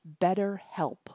betterhelp